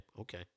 Okay